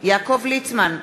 יעקב ליצמן,